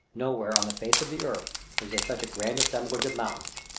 nowhere on the face of the earth is there such a grand assemblage of mountains.